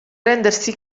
rendersi